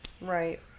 Right